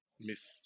Miss